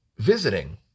Visiting